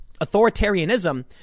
Authoritarianism